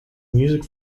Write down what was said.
music